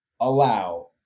allow